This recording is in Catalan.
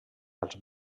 als